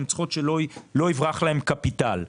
הן צריכות שלא יברח להם קפיטל,